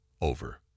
over